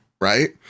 right